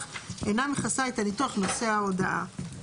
אינה מכסה את הניתוח נושא ההודעה.